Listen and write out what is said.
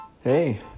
Hey